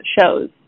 shows